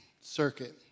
circuit